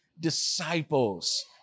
disciples